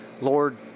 Lord